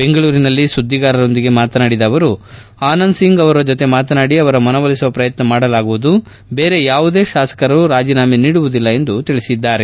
ಬೆಂಗಳೂರಿನಲ್ಲಿ ಸುದ್ದಿಗಾರರ ಜೊತೆ ಮಾತನಾಡಿದ ಅವರು ಆನಂದ್ ಸಿಂಗ್ ಅವರ ಜೊತೆ ಮಾತನಾಡಿ ಅವರ ಮನವೊಲಿಸುವ ಪ್ರಯತ್ನ ಮಾಡಲಾಗುವುದು ಬೇರಿ ಯಾವುದೇ ಶಾಸಕರು ರಾಜೀನಾಮೆ ನೀಡುವುದಿಲ್ಲ ಎಂದು ಹೇಳಿದ್ದಾರೆ